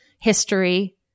history